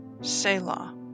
Selah